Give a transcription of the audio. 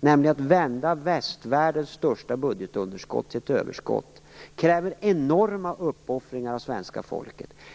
nämligen att vända västvärldens största budgetunderskott till ett överskott. Det kräver enorma uppoffringar av svenska folket.